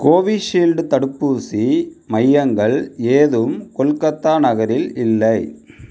Covishield தடுப்பூசி மையங்கள் ஏதும் கொல்கத்தா நகரில் இல்லை